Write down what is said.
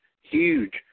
huge